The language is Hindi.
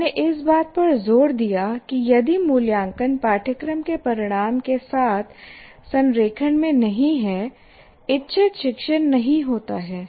हमने इस बात पर जोर दिया कि यदि मूल्यांकन पाठ्यक्रम के परिणाम के साथ संरेखण में नहीं है इच्छित शिक्षण नहीं होता है